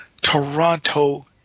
Toronto